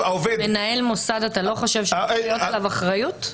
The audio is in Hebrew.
מנהל מוסד, אתה לא חושב שצריכה להיות עליו אחריות?